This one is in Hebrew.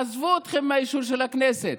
עזבו אתכם מהאישור של הכנסת,